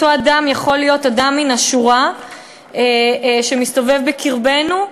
אותו אדם יכול להיות אדם מן השורה שמסתובב בקרבנו.